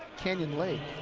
canyon lake.